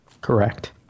Correct